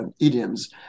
idioms